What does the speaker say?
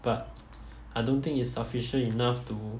but I don't think it's efficient enough to